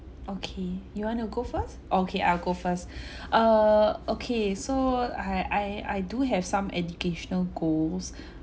okay you wanna go first okay I'll go first err okay so I I I do have some educational goals